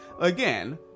Again